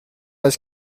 است